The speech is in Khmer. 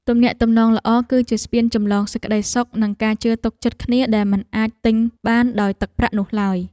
ទំនាក់ទំនងល្អគឺជាស្ពានចម្លងសេចក្តីសុខនិងការជឿទុកចិត្តគ្នាដែលមិនអាចទិញបានដោយទឹកប្រាក់នោះឡើយ។